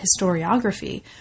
historiography